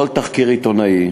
כל תחקיר עיתונאי,